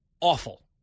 awful